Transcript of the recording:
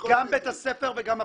בית הספר וגם הפנימייה.